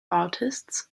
artists